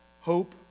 Hope